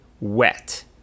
wet